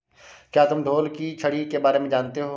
क्या तुम ढोल की छड़ी के बारे में जानते हो?